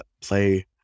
play